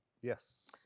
Yes